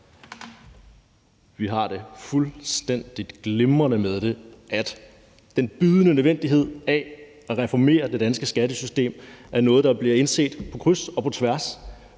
Vi har det fuldstændig glimrende med det, nemlig at den bydende nødvendighed af at reformere det danske skattesystem er noget, der bliver indset på kryds og på tværs.